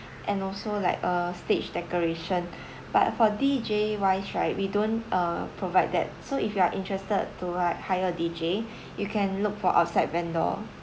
and also like uh stage decoration but for D_J wise right we don't uh provide that so if you are interested to get hire a D_J you can look for outside vendor